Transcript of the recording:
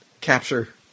capture